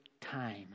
time